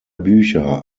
bücher